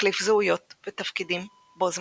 מחליף זהויות ותפקידים בו זמנית.